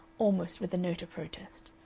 almost with a note of protest.